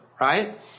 right